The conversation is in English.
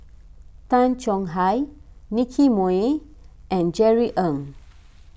Tay Chong Hai Nicky Moey and Jerry Ng